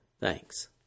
Thanks